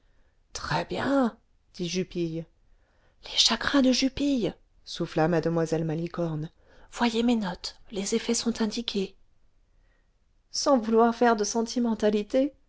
très bien dit jupille les chagrins de jupille souffla mademoiselle malicorne voyez mes notes les effets sont indiqués sans vouloir faire de sentimentalité